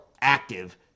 active